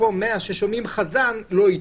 ופה ל-100 ששומעים חזן לא יתנו.